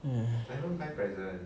!hais!